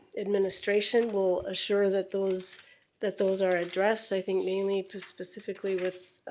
administration will assure that those that those are addressed. i think mainly, specifically, what,